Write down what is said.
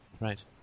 right